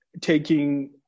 taking